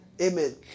Amen